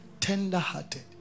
Tender-hearted